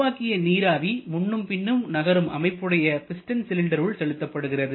உருவாக்கிய நீராவி முன்னும் பின்னும் நகரும் அமைப்புடைய பிஸ்டன் சிலிண்டர் உள் செலுத்தப்படுகிறது